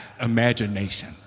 imagination